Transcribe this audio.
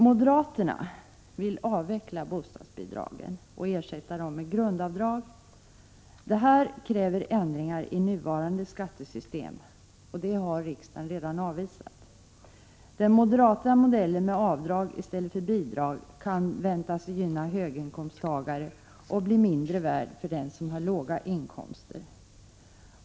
Moderaterna vill avveckla bostadsbidragen och ersätta dem med grundavdrag. Detta kräver ändringar i nuvarande skattesystem. Det har riksdagen redan avvisat. Den moderata modellen med avdrag i stället för bidrag kan väntas gynna höginkomsttagare och bli mindre värd för den som har låga inkomster.